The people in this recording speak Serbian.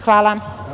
Hvala.